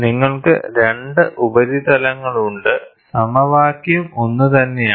നിങ്ങൾക്ക് 2 ഉപരിതലങ്ങളുണ്ട് സമവാക്യം ഒന്നുതന്നെയാണ്